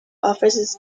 officers